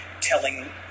telling